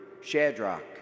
Shadrach